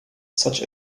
such